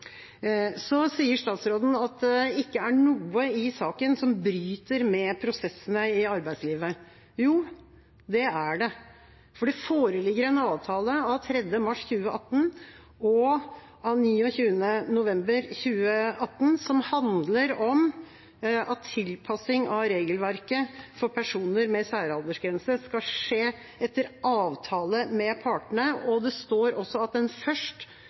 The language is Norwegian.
Så sier statsråden at det ikke er noe i saken som bryter med prosessene i arbeidslivet. Jo, det er det, for det foreligger en avtale av 3. mars 2018 og av 29. november 2018 som handler om at tilpasning av regelverket for personer med særaldersgrense skal skje etter avtale med partene. Det står også at man først